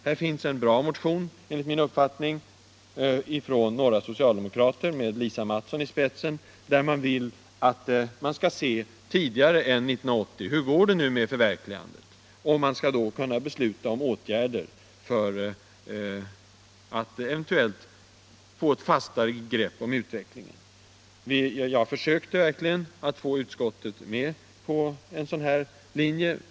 Här finns enligt min uppfattning en bra motion ifrån några socialdemokrater med Lisa Mattson i spetsen. I den motionen vill man tidigare än 1980 se hur det går med förverkligandet av planerna. Det skall då kunna beslutas om åtgärder för att eventuellt få ett fastare grepp om utvecklingen. Jag försökte verkligen att få utskottet med på denna linje.